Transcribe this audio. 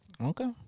Okay